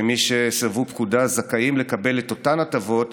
שמי שסירבו פקודה זכאים לקבל את אותן הטבות